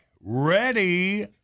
ready